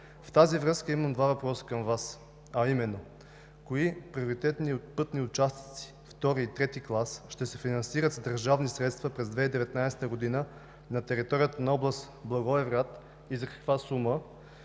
В тази връзка имам два въпроса към Вас, а именно: Кои приоритетни пътни участъци втори и трети клас ще се финансират с държавни средства през 2019 г. на територията на област Благоевград и за каква сума?